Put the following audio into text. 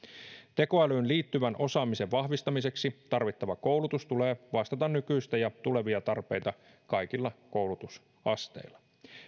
tekoälyyn liittyvän osaamisen vahvistamiseksi tarvittavan koulutuksen tulee vastata nykyistä ja tulevia tarpeita kaikilla koulutusasteilla